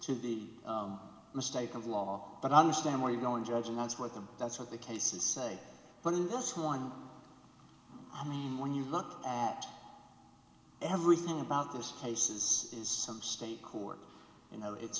to the mistake of law but i understand where you're going judge and that's what the that's what the cases say but in this one i mean when you look at everything about these cases is some state court you know it's